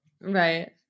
right